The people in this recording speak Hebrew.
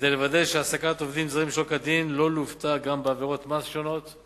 כדי לוודא שהעסקת עובדים זרים שלא כדין לא לוותה גם בעבירות מס שונות.